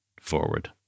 forward